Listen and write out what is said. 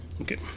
okay